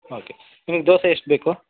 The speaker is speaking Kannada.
ಓಕೆ ನಿಮಗೆ ದೋಸೆ ಎಷ್ಟು ಬೇಕು